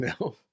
No